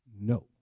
No